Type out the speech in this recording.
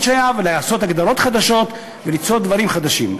שהייתה ולהגדיר הגדרות חדשות וליצור דברים חדשים.